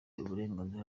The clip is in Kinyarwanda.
uburenganzira